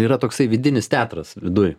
yra toksai vidinis teatras viduj